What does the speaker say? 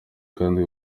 kandi